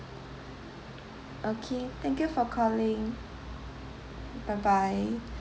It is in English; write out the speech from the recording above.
okay thank you for calling bye bye